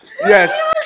Yes